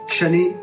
Shani